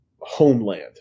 homeland